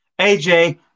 AJ